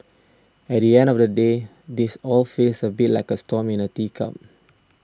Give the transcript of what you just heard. at the end of the day this all feels a bit like a storm in a teacup